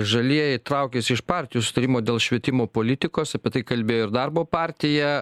žalieji traukiasi iš partijų sutarimo dėl švietimo politikos apie tai kalbėjo ir darbo partija